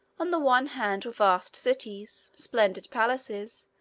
on the one hand were vast cities, splendid palaces,